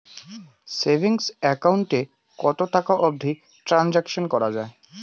Savings account এ কতো টাকা অবধি ট্রানসাকশান করা য়ায়?